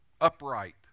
upright